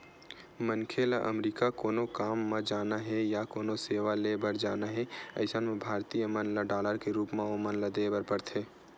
मनखे ल अमरीका कोनो काम म जाना हे या कोनो सेवा ले बर जाना हे अइसन म भारतीय मन ल डॉलर के रुप म ओमन ल देय बर परथे